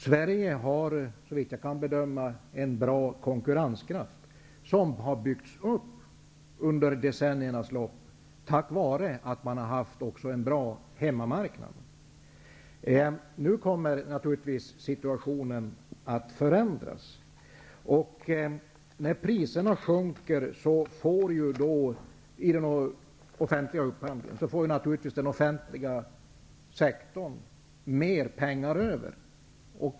Sverige har, såvitt jag kan bedöma, en bra konkurrenskraft som har kunnat byggas upp under decenniernas lopp tack vare en bra hemmamarknad. Nu kommer naturligtvis situationen att förändras. När priserna i den offentliga upphandlingen sjunker får naturligtvis den offentliga sektorn mer pengar över.